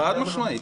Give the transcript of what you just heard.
חד משמעית.